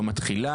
יום התחילה).